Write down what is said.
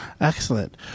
Excellent